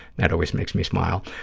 that always makes me smile.